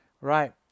right